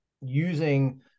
using